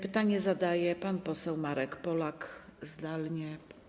Pytanie zadaje pan poseł Marek Polak, zdalnie.